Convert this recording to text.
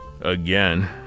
Again